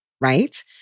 right